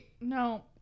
No